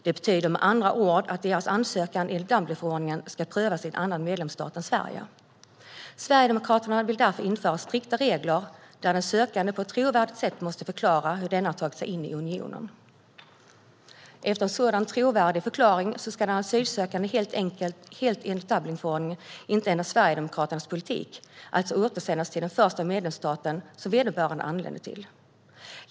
Det betyder med andra ord att deras ansökan enligt Dublinförordningen ska prövas i en annan medlemsstat än Sverige. Sverigedemokraterna vill därför införa strikta regler där den sökande på ett trovärdigt sätt måste förklara hur denne har tagit sig in i unionen. Efter en sådan trovärdig förklaring ska den asylsökande, helt enligt Dublinförordningen och inte endast enligt Sverigedemokraternas politik, alltså återsändas till den första medlemsstat som vederbörande anlände till.